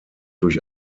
durch